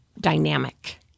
dynamic